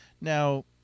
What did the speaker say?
Now